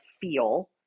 feel